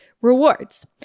Rewards